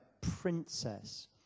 princess